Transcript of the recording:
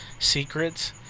Secrets